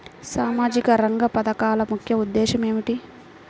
సామాజిక రంగ పథకాల ముఖ్య ఉద్దేశం ఏమిటీ?